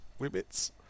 wibbits